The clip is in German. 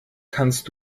kannst